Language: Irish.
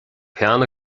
peann